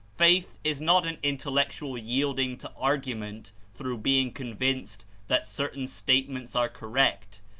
faith is not an intellectual yielding to argument through being convinced that certain statements are correct,